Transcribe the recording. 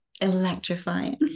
electrifying